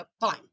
Fine